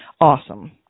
awesome